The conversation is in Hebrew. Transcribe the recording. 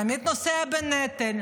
תמיד נושא בנטל,